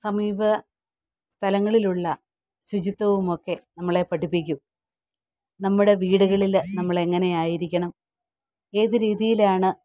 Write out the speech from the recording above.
സമീപ സ്ഥലങ്ങളിലുള്ള ശുചിത്വവും ഒക്കെ നമ്മളെ പഠിപ്പിക്കും നമ്മുടെ വീടുകളിൽ നമ്മൾ എങ്ങനെയായിരിക്കണം ഏതു രീതിയിലാണ്